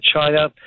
china